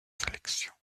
sélection